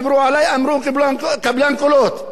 אני רציתי להגיד לתקשורת, ועל מנת לתקן,